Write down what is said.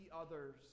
others